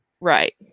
Right